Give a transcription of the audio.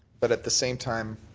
but at the same time,